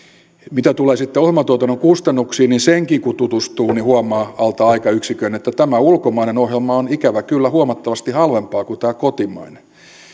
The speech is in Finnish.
mitä tulee sitten ohjelmatuotannon kustannuksiin niin siihenkin kun tutustuu niin huomaa alta aikayksikön että ulkomainen ohjelma on ikävä kyllä huomattavasti halvempaa kuin tämä kotimainen